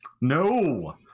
No